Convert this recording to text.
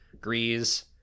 Grease